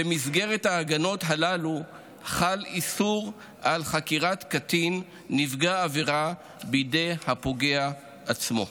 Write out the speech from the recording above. במסגרת ההגנות הללו חל איסור של חקירת קטין נפגע עבירה בידי הפוגע עצמו.